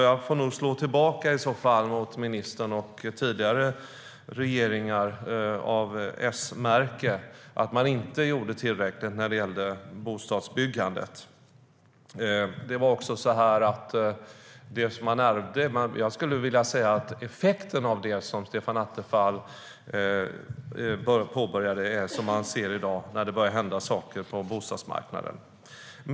Jag får nog i så fall slå tillbaka mot ministern och tidigare regeringar av S-märke med att de inte gjorde tillräckligt när det gällde bostadsbyggandet. Jag skulle också vilja säga att effekten av det som Stefan Attefall påbörjade är vad man ser i dag när det börjar hända saker på bostadsmarknaden.